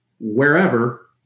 wherever